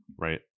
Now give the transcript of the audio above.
right